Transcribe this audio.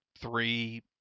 three